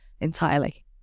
entirely